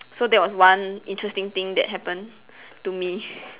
so that was one interesting thing that happened to me